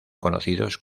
conocidos